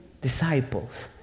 disciples